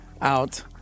out